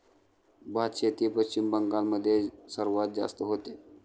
भातशेती पश्चिम बंगाल मध्ये सर्वात जास्त होते